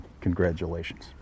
Congratulations